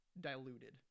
diluted